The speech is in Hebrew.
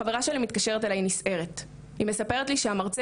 חברה שלי מתקשרת אליי נסערת: היא מספרת לי שהמרצה